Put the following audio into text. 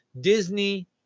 Disney